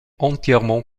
entièrement